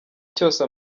cyose